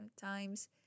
times